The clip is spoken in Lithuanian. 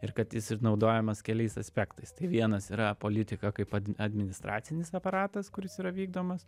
ir kad jis ir naudojamas keliais aspektais tai vienas yra politika kaip ad administracinis aparatas kuris yra vykdomas